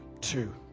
two